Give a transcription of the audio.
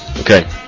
Okay